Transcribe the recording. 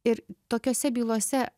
ir tokiose bylose